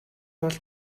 бол